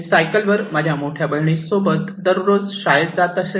मी ट्रिकसायकलवर माझ्या मोठ्या बहिणीबरोबर दररोज शाळेत जात असे